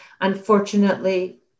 Unfortunately